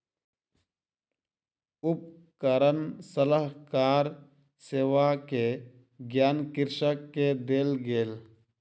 उपकरण सलाहकार सेवा के ज्ञान कृषक के देल गेल